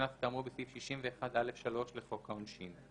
קנס כאמור בסעיף 61(א)(3) לחוק העונשין.